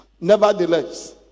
Nevertheless